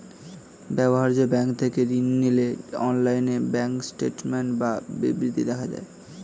ব্যবহার্য ব্যাঙ্ক থেকে ঋণ নিলে অনলাইনে ব্যাঙ্ক স্টেটমেন্ট বা বিবৃতি দেখা যায়